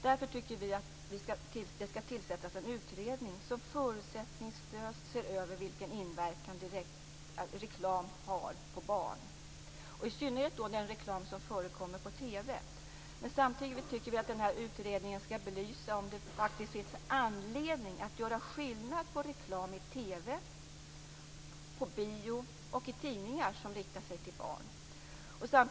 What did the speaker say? Därför tycker vi att det skall tillsättas en utredning som förutsättningslöst ser över vilken inverkan reklam har på barn. Detta gäller i synnerhet den reklam som förekommer på TV. Samtidigt tycker vi att utredningen skall belysa om det finns anledning att göra skillnad på reklam i TV, på bio och i tidningar som riktar sig till barn.